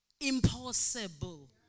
impossible